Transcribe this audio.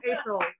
April